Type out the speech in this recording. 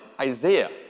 Isaiah